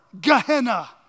Gehenna